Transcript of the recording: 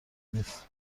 نیست